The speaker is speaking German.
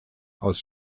aus